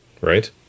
right